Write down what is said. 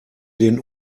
den